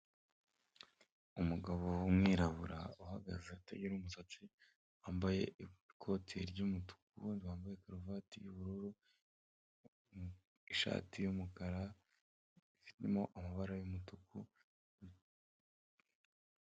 Umugabo w'umwirabura uhagaze, atagira umusatsi, wambaye ikoti ry'umutuku, wambaye karuvati y'ubururu, ishati y'umukara ifitemo amabara y'umutuku.